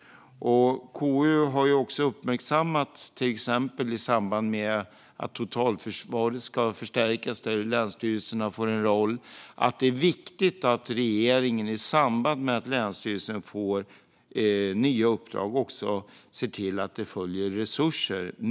KU har uppmärksammat att länsstyrelserna till exempel får en roll när totalförsvaret ska förstärkas. Det är viktigt att regeringen i samband med att länsstyrelserna får nya uppdrag ser till att det följer med resurser.